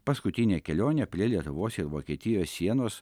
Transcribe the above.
paskutinę kelionę prie lietuvos ir vokietijos sienos